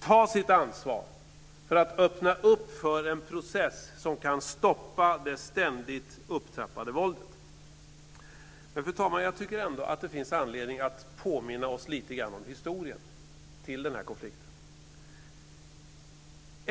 ta sitt ansvar för att öppna för en process som kan stoppa det ständigt upptrappade våldet. Det finns ändock anledning att påminna lite grann om historien bakom den här konflikten.